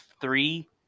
three